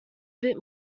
bit